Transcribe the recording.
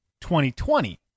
2020